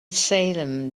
salem